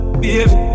baby